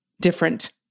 different